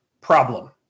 problem